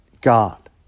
God